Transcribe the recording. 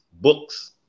books